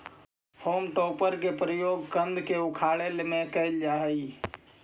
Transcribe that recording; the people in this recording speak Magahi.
होम टॉपर के प्रयोग कन्द के उखाड़े में करल जा हई